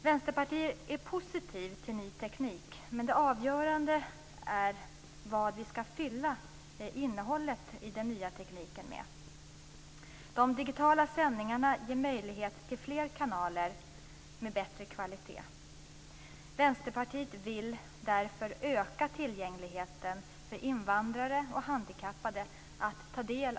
Vänsterpartiet är positivt till ny teknik, men det avgörande är vad vi fyller den nya tekniken med. De digitala sändningarna ger möjlighet till fler kanaler med bättre kvalitet. Vänsterpartiet vill därför öka medieutbudets tillgänglighet för invandrare och handikappade.